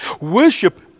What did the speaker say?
Worship